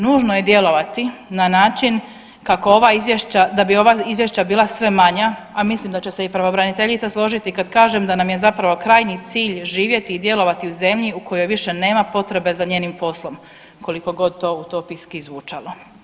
Nužno je djelovati na način kako ova izvješća, da bi ova izvješća bila sve manja, a mislim da će se i pravobraniteljica složiti kad kažem da nam je zapravo krajnji cilj živjeti i djelovati u zemlji u kojoj više nema potrebe za njenim poslom koliko god to utopijski zvučalo.